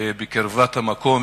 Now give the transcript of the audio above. שבקרבת מקום,